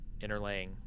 interlaying